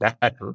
better